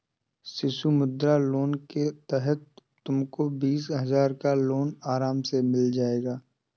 शिशु मुद्रा लोन के तहत तुमको बीस हजार का लोन आराम से मिल जाएगा